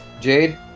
Jade